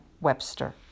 Webster